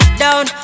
down